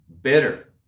bitter